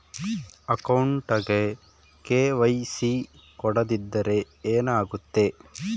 ಅಕೌಂಟಗೆ ಕೆ.ವೈ.ಸಿ ಕೊಡದಿದ್ದರೆ ಏನಾಗುತ್ತೆ?